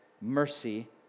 mercy